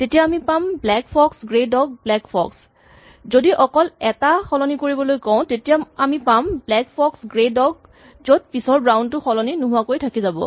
তেতিয়া আমি পাম "black fox grey dog black fox" যদি অকল এটা সলনি কৰিবলৈ কওঁ তেতিয়া আমি পাম "ব্লেক ফক্স গ্ৰে ডগ " য'ত পিছৰ ব্ৰাউন টো সলনি নোহোৱাকৈ থাকি যাব